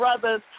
Brothers